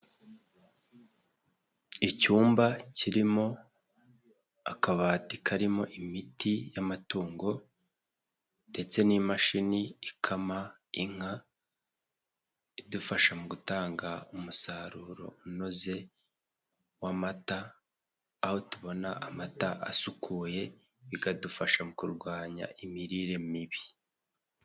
Icyumba kirimo akabati karimo imiti y'amatungo ndetse n'imashini ikama inka, idufasha mu gutanga umusaruro unoze w'amata, aho tubona amata asukuye bikadufasha mu kurwanya imirire mibi.